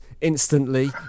instantly